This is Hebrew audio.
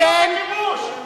אז תצאו משם.